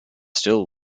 still